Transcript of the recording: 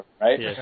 Right